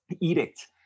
edict